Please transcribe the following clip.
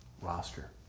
roster